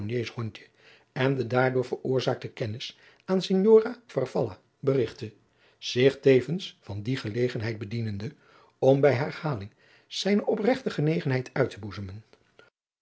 en de daardoor veroorzaakte kennis aan signora farfalla berigtte zich tevens van die gelegenheid bedienende om bij herhaling zijne opregte genegenheid uit te boezemen